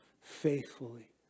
faithfully